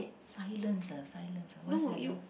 silence ah silence ah what's that ah